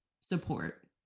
support